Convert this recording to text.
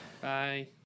Bye